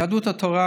יהדות התורה